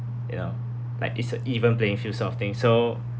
you know like it's a even playing field sort of thing so